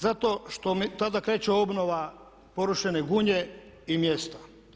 Zato što tada kreće obnova porušene Gunje i mjesta.